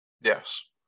Yes